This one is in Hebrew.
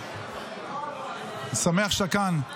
אני שמח שאתה כאן.